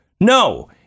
No